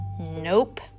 Nope